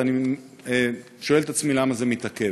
ואני שואל את עצמי למה מתעכב.